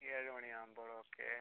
ഏഴ് മണിയാകുമ്പോൾ ഓക്കെ